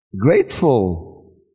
grateful